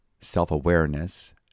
self-awareness